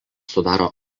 sudaro